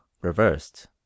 reversed